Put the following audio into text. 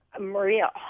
Maria